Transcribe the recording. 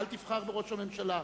אל תבחר בראש הממשלה,